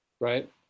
Right